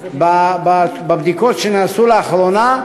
בבדיקות שנעשו לאחרונה,